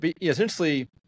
essentially